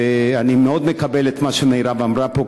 ואני מאוד מקבל את מה שמירב אמרה פה,